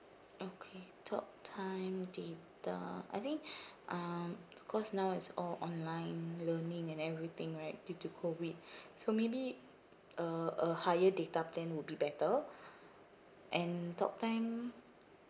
okay talk time data I think um because now it's all online learning and everything right due to COVID so maybe a a higher data plan would be better and talk time